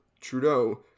Trudeau